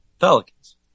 Pelicans